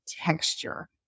texture